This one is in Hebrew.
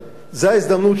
זו ההזדמנות שלנו,